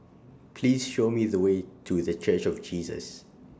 Please Show Me The Way to The Church of Jesus